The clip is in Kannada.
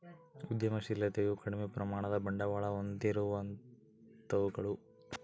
ಉದ್ಯಮಶಿಲತೆಯು ಕಡಿಮೆ ಪ್ರಮಾಣದ ಬಂಡವಾಳ ಹೊಂದಿರುವಂತವುಗಳು